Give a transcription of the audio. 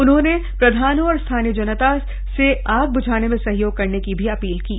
उन्होंने प्रधानों और स्थानीय जनता से आग ब्झाने में सहयोग करने की अपील की है